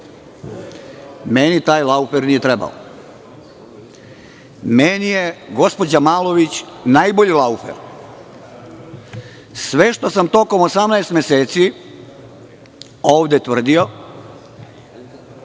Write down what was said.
Meni taj „Laufer“ nije trebao, meni je gospođa Malović najbolji „Laufer“.Sve što sam tokom 18 meseci ovde tvrdio,